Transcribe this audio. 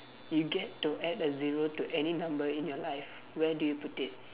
you get to add a zero to any number in your life where do you put it